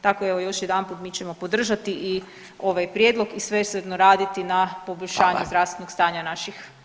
Tako evo još jedanput mi ćemo podržati i ovaj prijedlog i svesrdno raditi na poboljšanju zdravstvenog stanja naših građana.